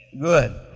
Good